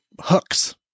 hooks